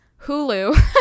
Hulu